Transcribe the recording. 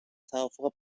توافق